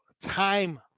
time